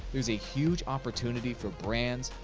there's a huge opportunity for brands,